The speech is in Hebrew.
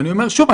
אני אומר שוב,